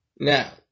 Now